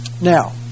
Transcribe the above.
Now